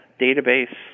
database